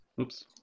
Oops